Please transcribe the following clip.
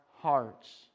hearts